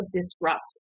disrupt